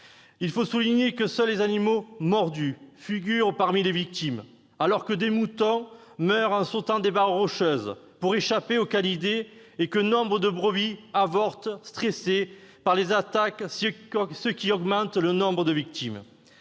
Il faut souligner que seuls les animaux mordus figurent parmi les victimes, alors que des moutons meurent en sautant des barres rocheuses pour échapper aux canidés et que nombre de brebis avortent, stressées par les attaques, ce qui augmente le nombre réel de victimes.